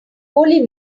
holy